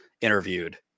interviewed